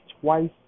twice